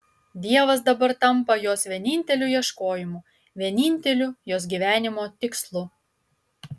dievas dabar tampa jos vieninteliu ieškojimu vieninteliu jos gyvenimo tikslu